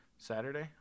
Saturday